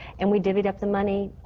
and we divvied up the money,